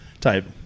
type